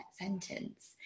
sentence